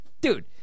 Dude